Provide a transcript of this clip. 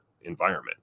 environment